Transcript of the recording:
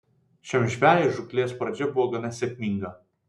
šiam žvejui žūklės pradžia buvo gana sėkminga